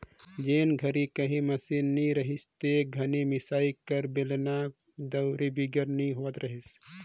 जेन घनी काही मसीन नी रहिस ते घनी मिसई हर बेलना, दउंरी बिगर नी होवत रहिस